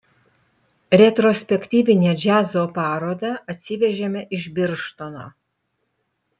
retrospektyvinę džiazo parodą atsivežėme iš birštono